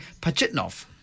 Pachitnov